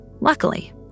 Luckily